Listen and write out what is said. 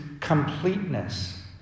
completeness